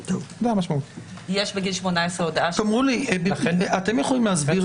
יש בגיל 18 הודעה --- אתם יכולים להסביר